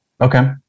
Okay